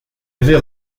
avait